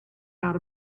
out